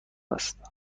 است